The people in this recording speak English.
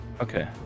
okay